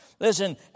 Listen